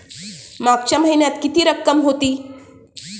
मागच्या महिन्यात किती रक्कम होती?